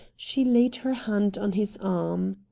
she laid her hand on his arm.